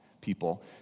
people